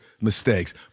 mistakes